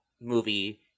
movie